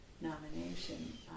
nomination